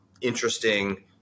interesting